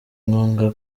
inkunga